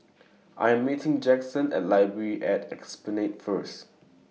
I Am meeting Jackson At Library At Esplanade First